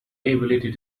ability